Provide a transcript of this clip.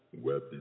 web